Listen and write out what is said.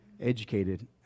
educated